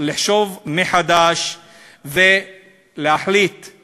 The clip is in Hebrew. אין משמעות ואין סמכות לבתי-המשפט.